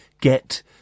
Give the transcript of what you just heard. get